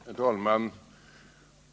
Herr talman!